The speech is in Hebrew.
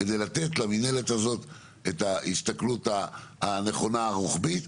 כדי לתת למנהלת הזאת את ההסתכלות הנכונה הרוחבית.